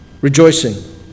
rejoicing